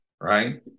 right